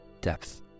depth